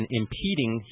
impeding